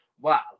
Wow